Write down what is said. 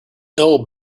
ill